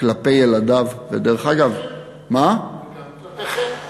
כלפי ילדיו, ודרך אגב, וגם כלפיכם.